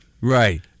Right